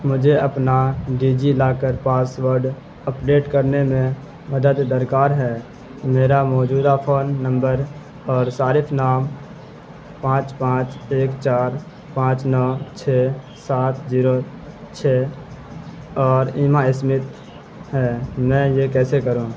مجھے اپنا DigiLocker password update کرنے میں مدد درکار ہے میرا موجودہ فون نمبر اور صارف نام پانچ پانچ ایک چار پانچ نو چھ سات زیرو چھ اور ایما اسمتھ ہیں میں یہ کیسے کروں